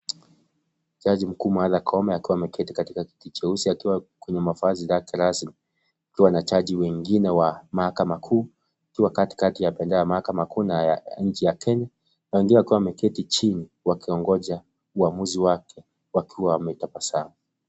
Jaji mkuu Martha Koome akiwa ameketi katika kiti cheusi akiwa kwenye mavazi yake rasmi, akiwa na jaji wengine wa mahakama kuu, akiwa katikati ya mahakama kuu na ya nchi ya Kenya na wengine wakiwa wameketi chini wakiongoja uamuzi wake wakiwa wametabasamu.